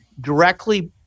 directly